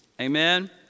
Amen